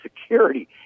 security